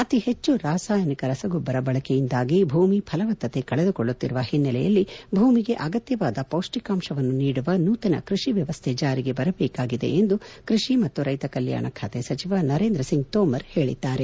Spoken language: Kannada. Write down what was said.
ಅತಿ ಹೆಚ್ಚು ರಾಸಾಯನಿಕ ರಸಗೊಬ್ಬರ ಬಳಕೆಯಿಂದಾಗಿ ಭೂಮಿ ಫಲವತ್ತತೆ ಕಳೆದುಕೊಳ್ಳುತ್ತಿರುವ ಹಿನ್ನೆಲೆಯಲ್ಲಿ ಭೂಮಿಗೆ ಅಗತ್ಯವಾದ ಪೌಷ್ಟಿಕಾಂಶವನ್ನು ನೀಡುವ ನೂತನ ಕೃಷಿ ವ್ಯವಸ್ಥೆ ಜಾರಿಗೆ ಬರಬೇಕಾಗಿದೆ ಎಂದು ಕೃಷಿ ಮತ್ತು ರೈತ ಕಲ್ಯಾಣ ಖಾತೆ ಸಚಿವ ನರೇಂದ್ರ ಸಿಂಗ್ ತೋಮರ್ ಹೇಳಿದ್ದಾರೆ